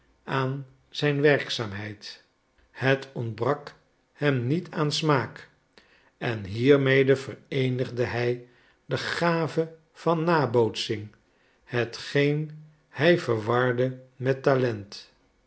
aan zijn werkzaamheid het ontbrak hem niet aan smaak en hiermede vereenigde hij de gave van nabootsing hetgeen hij verwarde met talent